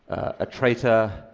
a traitor,